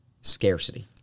scarcity